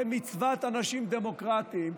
כמצוות אנשים דמוקרטים,